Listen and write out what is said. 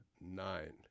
Nine